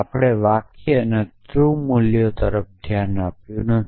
આપણે વાક્યના ટ્રૂ મૂલ્યો તરફ ધ્યાન આપ્યું નથી